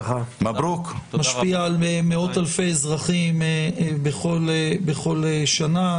משפיע על מאות אלפי אזרחים בכל שנה,